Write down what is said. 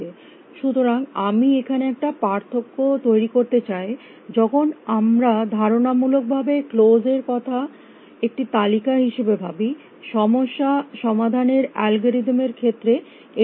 সুতরাং আমি এখানে একটা পার্থক্য তৈরী করতে চাই যখন আমরা ধারণা মূলক ভাবে ক্লোস এর কথা একটি তালিকা হিসাবে ভাবি সমস্যা সমাধানের অ্যালগরিদম এর ক্ষেত্রে এটি ঠিক আছে